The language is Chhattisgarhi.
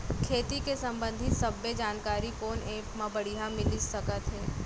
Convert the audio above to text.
खेती के संबंधित सब्बे जानकारी कोन एप मा बढ़िया मिलिस सकत हे?